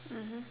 mmhmm